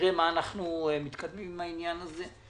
ונראה איך אנחנו מתקדמים עם העניין הזה.